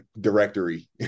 directory